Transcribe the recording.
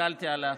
הסתכלתי על,